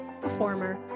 performer